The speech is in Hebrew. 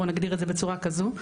בוא נגדיר את זה בצורה כזו,